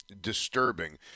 disturbing